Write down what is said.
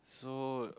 so